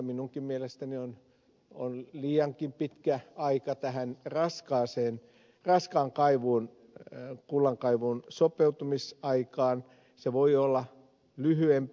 minunkin mielestäni kahdeksan vuotta on liian pitkä aika tämän raskaan kullankaivun sopeutumisajaksi se voi olla lyhyempi